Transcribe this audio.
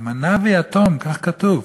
אלמנה ויתום, כך כתוב,